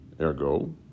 Ergo